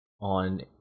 on